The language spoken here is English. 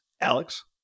Alex